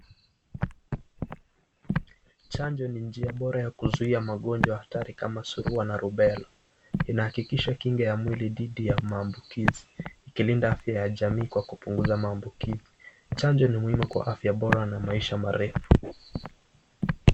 Chanjo ni njia bora ya kuzuia magonjwa hatari kama surua na rubella. Inahakikisha kinga ya mwili dhidi ya maambukizi, ikilinda afya ya jamii kwa kupunguza maambukizi. Chanjo ni muhimu kwa afya bora na maisha marefu.